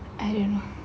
I don't know